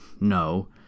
No